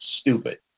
Stupid